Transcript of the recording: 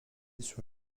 sur